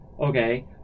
Okay